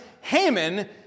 Haman